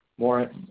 more